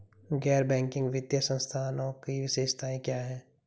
गैर बैंकिंग वित्तीय संस्थानों की विशेषताएं क्या हैं?